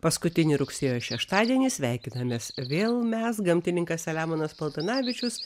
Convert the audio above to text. paskutinį rugsėjo šeštadienį sveikinamės vėl mes gamtininkas selemonas paltanavičius